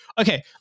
okay